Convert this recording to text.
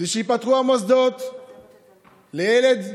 זה שייפתחו המוסדות לילד יהודי,